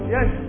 Yes